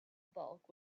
bulk